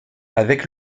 avec